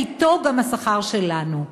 ואתו גם השכר שלנו.